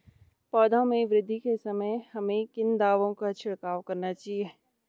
पौधों में वृद्धि के समय हमें किन दावों का छिड़काव करना चाहिए?